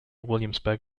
williamsburg